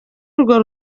urwo